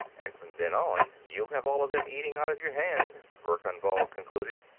and from then on, you'll have all of them eating out of your hand, verkan vall concluded.